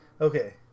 Okay